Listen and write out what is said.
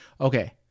Okay